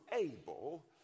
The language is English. able